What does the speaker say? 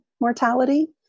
mortality